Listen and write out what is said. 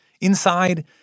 Inside